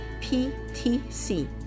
PTC